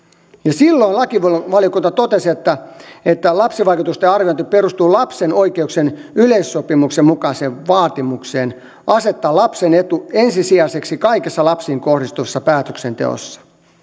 silloin lakivaliokunta totesi että lapsivaikutusten arviointi perustuu lapsen oikeuksien yleissopimuksen mukaiseen vaatimukseen asettaa lapsen etu ensisijaiseksi kaikessa lapsiin kohdistuvassa päätöksenteossa